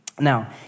Now